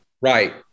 Right